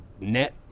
net